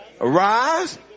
Arise